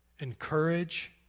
encourage